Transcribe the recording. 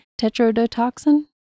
tetrodotoxin